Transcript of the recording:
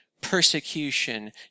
persecution